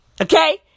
Okay